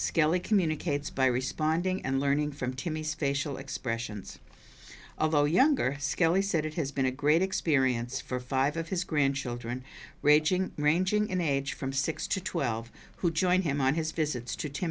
skelly communicates by responding and learning from timmy's facial expressions of the younger skelly said it has been a great experience for five of his grandchildren raging ranging in age from six to twelve who join him on his visits to t